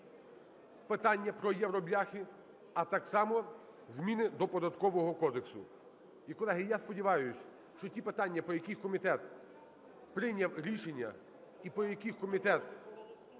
питання про "євробляхи", а так само зміни до Податкового кодексу. І, колеги, я сподіваюся, що ті питання, по яких комітет прийняв рішення і по яких комітет